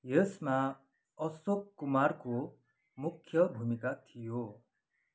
यसमा अशोक कुमारको मुख्य भूमिका थियो